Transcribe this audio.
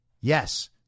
Yes